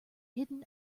hidden